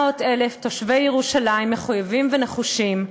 800,000 תושבי ירושלים מחויבים ונחושים,